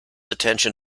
attention